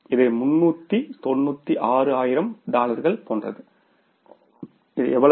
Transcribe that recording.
இது 396 ஆயிரம் டாலர்கள் போன்றது இது எவ்வளவு